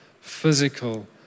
physical